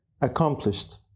accomplished